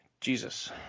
Jesus